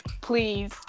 please